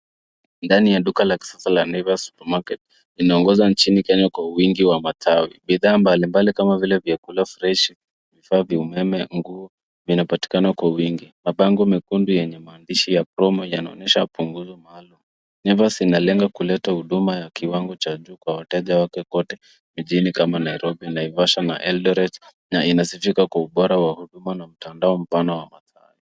Ndani ya duka la kisasa la Naivas Supermarket . Linaongoza nchini Kenya kwa wingi wa matawi. Bidhaa mbalimbali kama vile vyakula freshi, vifaa vya umeme, nguo, vinapatikana kwa wingi. Mabango mekundu yenye maandishi ya promo yanaonyesha punguzo maalum. Naivas inalenga kuleta huduma ya kiwango cha juu kwa wateja wake kote jijini kama Nairobi, Naivasha na Eldoret na inasifika kwa ubora wa huduma na mtandao mpana.